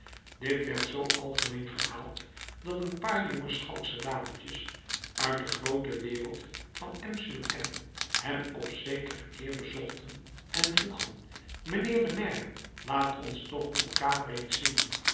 dit werd zoo algemeen verhaald dat een paar jonge schalksche dametjes uit de groote wereld van m sur m hem op zekeren keer bezochten en vroegen mijnheer de maire laat ons toch ook uw kamer eens zien